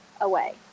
away